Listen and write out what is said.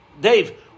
Dave